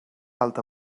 alta